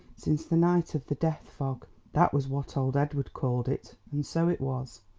since the night of the death fog that was what old edward called it, and so it was.